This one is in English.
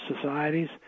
societies